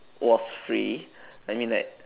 was free I mean like